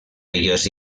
ellos